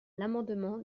l’amendement